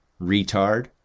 Retard